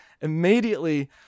immediately